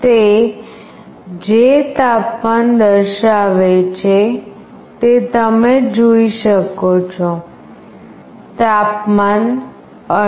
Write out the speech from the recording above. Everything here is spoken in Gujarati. તે જે તાપમાન દર્શાવે છે તે તમે જોઈ શકો છો તાપમાન 18